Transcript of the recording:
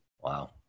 Wow